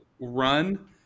run